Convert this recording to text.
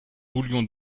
voulions